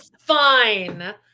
fine